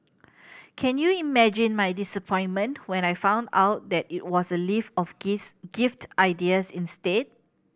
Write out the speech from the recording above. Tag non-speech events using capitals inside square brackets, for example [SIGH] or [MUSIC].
can you imagine my disappointment when I found out that it was a list of [UNINTELLIGIBLE] gift ideas instead